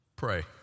Pray